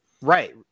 Right